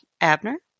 Abner